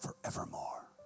forevermore